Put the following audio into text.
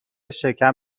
شکم